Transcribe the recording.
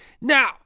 Now